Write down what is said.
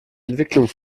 entwicklung